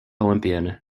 olympian